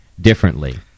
differently